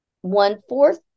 one-fourth